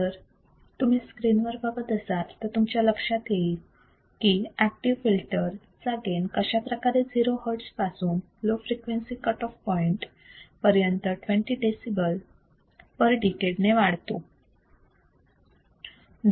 जर तुम्ही स्क्रीनवर बघाल तर तुमच्या लक्षात येईल की ऍक्टिव्ह फिल्टर चा गेन कशाप्रकारे 0 hertz पासून low frequency cut off point पर्यंत 20 decibels per decade ने वाढतो